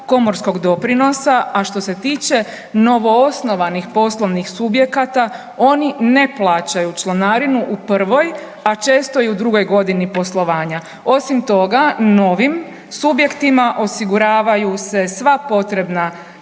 komorskog doprinosa, a što se tiče novoosnovanih poslovnih subjekata oni ne plaćaju članarinu u prvoj, a često i u drugoj godini poslovanja. Osim toga novim subjektima osiguravaju se sva potrebna,